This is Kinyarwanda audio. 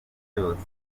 byose